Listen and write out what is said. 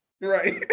Right